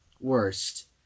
worst